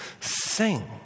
sing